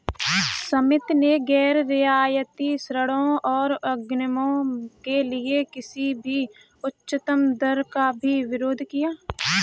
समिति ने गैर रियायती ऋणों और अग्रिमों के लिए किसी भी उच्चतम दर का भी विरोध किया